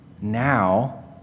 Now